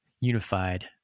unified